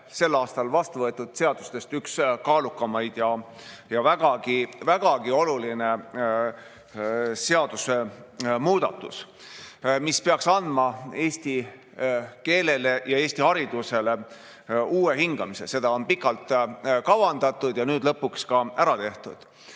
sel aastal vastu võetud seadustest üks kaalukamaid ja vägagi oluline seadusemuudatus, mis peaks andma eesti keelele ja Eesti haridusele uue hingamise. Seda on pikalt kavandatud ja nüüd lõpuks ka ära tehtud. Mõni